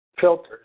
filters